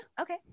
Okay